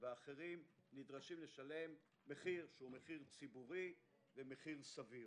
והאחרים נדרשים לשלם מחיר ציבורי וסביר.